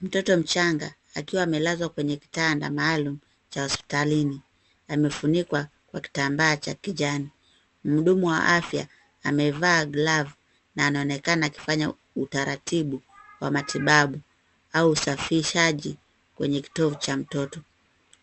Mtoto mchanga, akiwa amelazwa kwenye kitanda maalum cha hospitalini, amefunikwa kwa kitambaa cha kijani. Muudumu wa afya, amevaa glavu na anaonekana akifanya utaratibu wa matibabu au usafishaji kwenye kitovu cha mtoto.